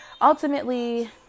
ultimately